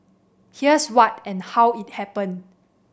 here's what and how it happened